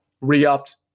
re-upped